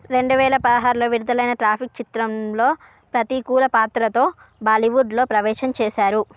రెండు వేల పదహారులో విడుదలైన ట్రాఫిక్ చిత్రంలో ప్రతికూల పాత్రతో బాలీవుడ్లో ప్రవేశం చేశారు